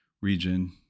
region